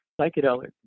psychedelic